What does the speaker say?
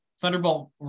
Thunderbolt